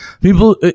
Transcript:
People